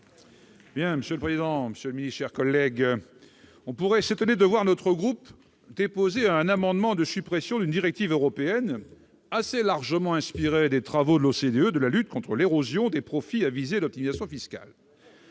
est ainsi libellé : La parole est à M. Éric Bocquet. On pourrait s'étonner de voir notre groupe déposer un amendement de suppression d'une directive européenne assez largement inspirée des travaux de l'OCDE sur la lutte contre l'érosion des profits à visée d'optimisation fiscale.